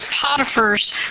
Potiphar's